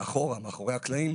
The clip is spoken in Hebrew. מאחורי הקלעים,